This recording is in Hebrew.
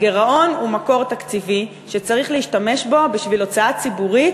הגירעון הוא מקור תקציבי שצריך להשתמש בו בשביל הוצאה ציבורית,